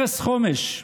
הרס חומש,